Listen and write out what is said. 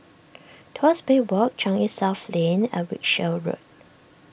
Tuas Bay Walk Changi South Lane and Wiltshire Road